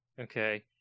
Okay